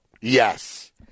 Yes